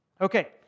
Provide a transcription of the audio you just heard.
Okay